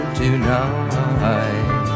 tonight